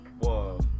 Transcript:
Whoa